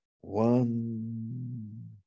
one